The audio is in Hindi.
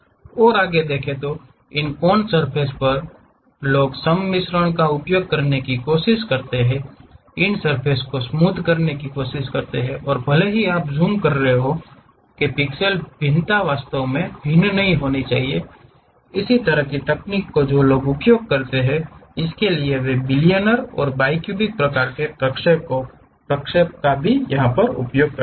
और आगे इन कॉन्स सर्फ़ेस पर लोग सम्मिश्रण का उपयोग करने की कोशिश करते हैं इन सर्फ़ेस को स्मूध करने की कोशिश करते हैं और भले ही आप ज़ूम कर रहे हों कि पिक्सेल भिन्नता वास्तव में भिन्न नहीं होनी चाहिए इस तरह की तकनीकें जो लोग उपयोग करते हैं इसके लिए वे बिलिनियर और बायक्यूबिक प्रकार के प्रक्षेप का भी उपयोग करते हैं